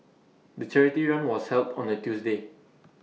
the charity run was held on A Tuesday